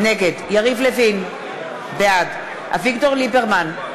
נגד יריב לוין, בעד אביגדור ליברמן,